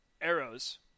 arrows